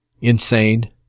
insane